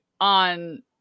on